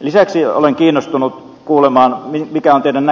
lisäksi olen kiinnostunut kuulemaan mikä on teidän